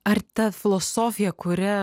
ar ta filosofija kuria